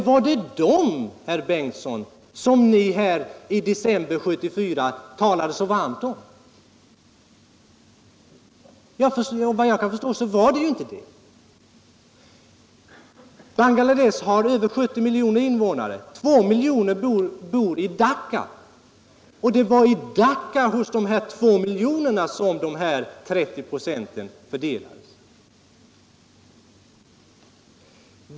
Var det dem, herr Bengtson, som ni i december 1974 talade så varmt om? Vad jag kan förstå var det inte det. Bangladesh har över 70 miljoner invånare. Två miljoner bor i Dacca. Och det var bland de två miljonerna i Dacca som de 30 26 fördelades.